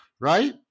right